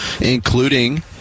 including